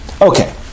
okay